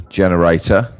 generator